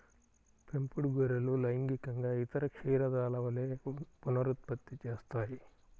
పెంపుడు గొర్రెలు లైంగికంగా ఇతర క్షీరదాల వలె పునరుత్పత్తి చేస్తాయి